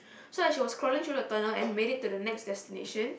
so as she was crawling through the tunnel and made it to the next destination